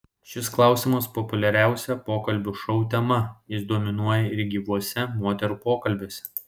šis klausimas populiariausia pokalbių šou tema jis dominuoja ir gyvuose moterų pokalbiuose